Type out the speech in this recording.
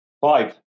Five